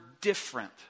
different